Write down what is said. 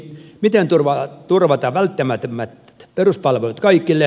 miten turvata välttämättömät peruspalvelut kaikille